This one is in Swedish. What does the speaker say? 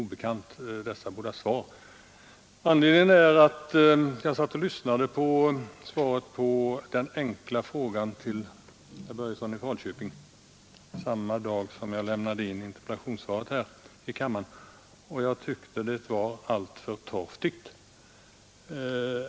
Anledningen till interpellationen är att jag satt och lyssnade till svaret på herr Börjessons i Falköping enkla fråga samma dag som jag lämnade in interpellationen till kammaren, och jag tyckte svaret var alltför torftigt.